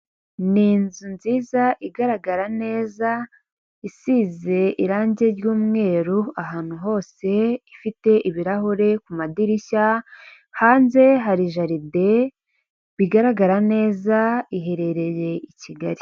Ni inzu nziza igaragara neza isize irangi ry'umweru ahantu hose; ifite ibirahure ku madirishya, hanze hari jaride bigaragara neza iherereye i kigali.